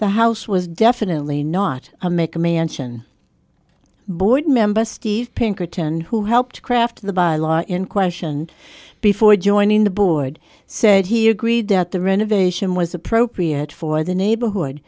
the house was definitely not a mcmansion board member steve pinkerton who helped craft the by law in question before joining the board said he agreed that the renovation was appropriate for the neighborhood